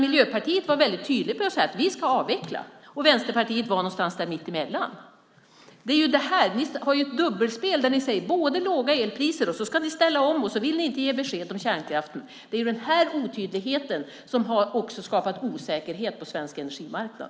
Miljöpartiet var däremot väldigt tydligt: Vi ska avveckla! Vänsterpartiet var någonstans mittemellan. Ni har ett dubbelspel. Ni pratar om låga elpriser, ni ska ställa om och ni vill inte ge besked om kärnkraften. Det är den här otydligheten som tyvärr har skapat osäkerhet på svensk energimarknad.